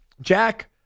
Jack